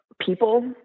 people